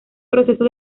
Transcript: proceso